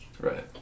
Right